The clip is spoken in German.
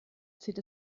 zieht